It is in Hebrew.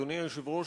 אדוני היושב-ראש,